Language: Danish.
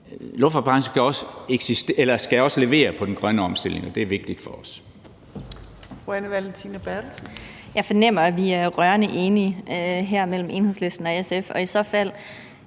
luftfartsbranchen skal også levere på den grønne omstilling. Det er vigtigt for os.